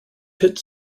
pit